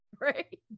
Right